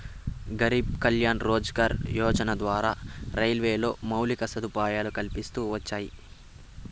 గరీబ్ కళ్యాణ్ రోజ్గార్ యోజన ద్వారా రైల్వేలో మౌలిక సదుపాయాలు కల్పిస్తూ వచ్చారు